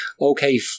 okay